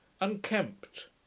unkempt